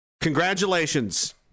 Congratulations